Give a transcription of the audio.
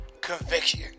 conviction